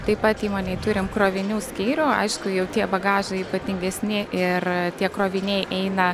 taip pat įmonėj turim krovinių skyrių aišku jau tie bagažai ypatingesni ir tie kroviniai eina